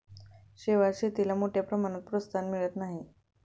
शेवाळ शेतीला मोठ्या प्रमाणात प्रोत्साहन मिळत आहे